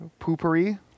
poopery